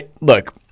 Look